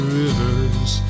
rivers